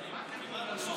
אני כמעט משוכנע.